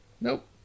Nope